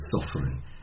suffering